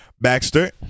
Baxter